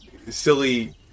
Silly